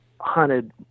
Hunted